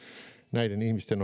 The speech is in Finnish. näiden ihmisten